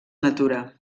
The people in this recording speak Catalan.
natura